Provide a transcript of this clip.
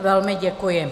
Velmi děkuji.